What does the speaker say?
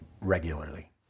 regularly